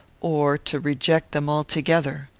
or to reject them altogether.